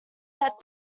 that